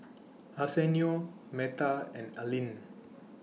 Arsenio Meta and Alleen